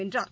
வென்றார்